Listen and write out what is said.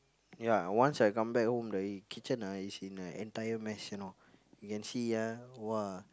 ya once I come back home the kitchen ah is in a entire mess you know you can see ah !wah!